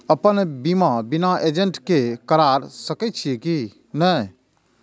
अपन बीमा बिना एजेंट के करार सकेछी कि नहिं?